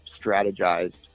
strategized